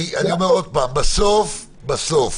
אני רוצה